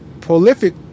prolific